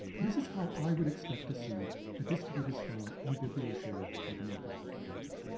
this is how i would expect to see a distributor's file in biblioshare for the north american market,